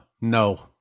no